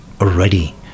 already